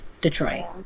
Detroit